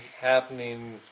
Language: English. happening